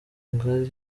ngari